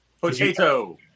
Potato